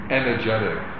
energetic